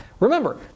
Remember